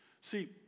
See